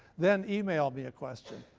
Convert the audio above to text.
then email me a question.